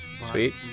Sweet